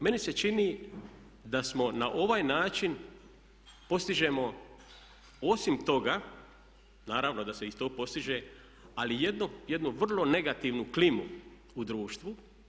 Meni se čini da smo na ovaj način, postižemo osim toga, naravno da se iz tog postiže, ali jednu vrlo negativnu klimu u društvu.